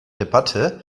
debatte